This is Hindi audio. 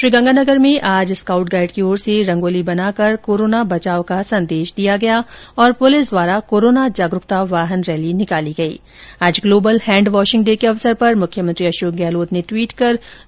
श्रीगंगानगर में आज स्काउट गाइड की ओर से रंगोली बनाकर कोरोना बचाव का संदेश दिया और पुलिस द्वारा कोरोना जागरूकता वाहन रैली निकाली आज ग्लोबल हैंड वॉशिंग डे के अवसर पर मुख्यमंत्री अशोक गहलोत ने ट्वीट कर गई